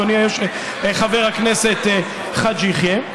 אדוני חבר הכנסת חאג' יחיא.